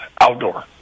outdoor